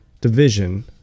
division